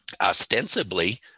ostensibly